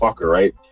right